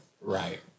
right